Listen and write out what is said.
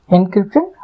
Encryption